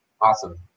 Awesome